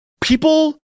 People